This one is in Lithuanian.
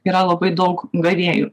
yra labai daug gavėjų